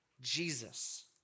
Jesus